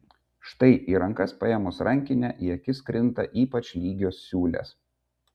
štai į rankas paėmus rankinę į akis krinta ypač lygios siūlės